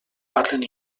parlen